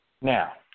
Now